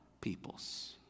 peoples